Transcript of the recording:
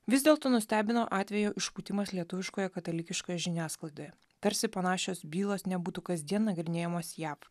vis dėlto nustebino atvejo išpūtimas lietuviškoje katalikiškoje žiniasklaidoje tarsi panašios bylos nebūtų kasdien nagrinėjamos jav